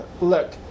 Look